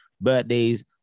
birthdays